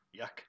Yuck